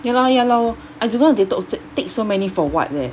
ya lor ya lor I don't know they to~ take so many for what leh